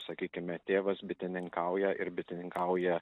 sakykime tėvas bitininkauja ir bitininkauja